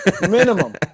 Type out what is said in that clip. Minimum